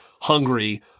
hungry